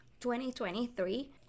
2023